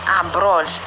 abroad